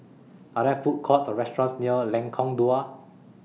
Are There Food Courts Or restaurants near Lengkong Dua